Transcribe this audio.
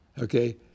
Okay